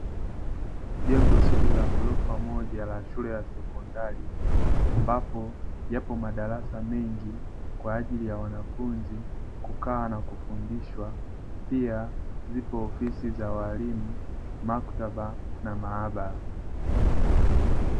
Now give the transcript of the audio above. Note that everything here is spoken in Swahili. Jengo zuri la ghzorofa moja , la shule ya sekondari ambapo yapo madarasa mengi , kwaajili ya wanafunzi kukaa na kufundishwa, pia zipo ofisi za walimu, maktaba na maabara.